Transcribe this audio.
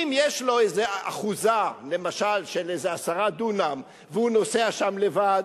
אם יש לו איזה אחוזה למשל של 10 דונם והוא נוסע שם לבד,